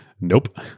Nope